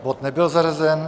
Bod nebyl zařazen.